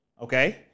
Okay